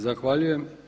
Zahvaljujem.